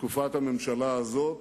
בתקופת הממשלה הזאת,